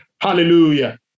Hallelujah